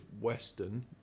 Western